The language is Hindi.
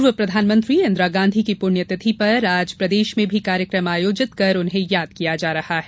पूर्व प्रधानमंत्री इंदिरागांधी की पुण्यतिथि पर आज प्रदेश में भी कार्यक्रम आयोजित कर उन्हें याद किया जा रहा है